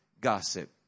gossip